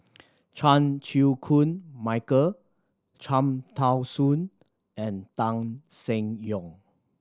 Chan Chew Koon Michael Cham Tao Soon and Tan Seng Yong